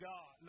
God